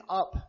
up